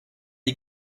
die